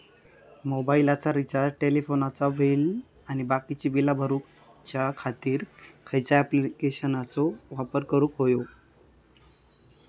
मोबाईलाचा रिचार्ज टेलिफोनाचा बिल आणि बाकीची बिला भरूच्या खातीर खयच्या ॲप्लिकेशनाचो वापर करूक होयो?